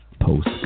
Post